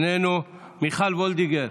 איננו, מיכל וולדיגר,